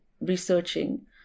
researching